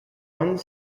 one